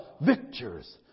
victor's